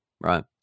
right